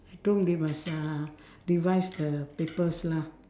at home they must uh revise the papers lah